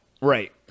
Right